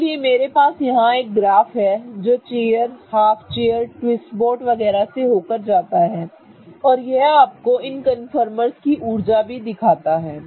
इसलिए मेरा यहां एक ग्राफ है जो chair half chair twist boat वगैरह से होकर जाता है और यह आपको इन कंफर्मर्स की ऊर्जा भी दिखाता है